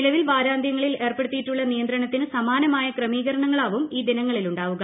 നിലവിൽ വാരാന്ത്യങ്ങളിൽ ഏർപ്പെടുത്തിയിട്ടുള്ള നിയന്ത്രണത്തിന് സമാനമായ ക്രമീകരണങ്ങളാവും ഈ ദിനങ്ങളിലുണ്ടാവുക